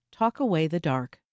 talkawaythedark